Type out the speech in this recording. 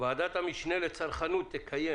ועדת המשנה לצרכנות תקיים